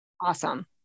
Awesome